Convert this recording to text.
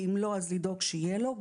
ואם לא אז לדאוג שיהיה לו,